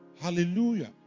Hallelujah